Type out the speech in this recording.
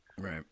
Right